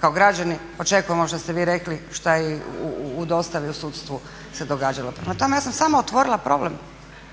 kao građani očekujemo što ste vi rekli šta je u dostavi u sudstvu se događalo. Prema tome ja sam samo otvorila problem,